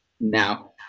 Now